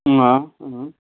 अँ अँ